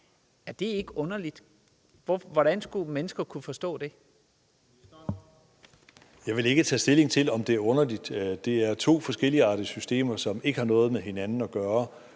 Beskæftigelsesministeren (Jørn Neergaard Larsen): Jeg vil ikke tage stilling til, om det er underligt. Det er to forskelligartede systemer, som ikke har noget med hinanden at gøre.